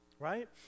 right